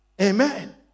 Amen